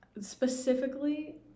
specifically